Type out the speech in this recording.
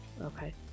okay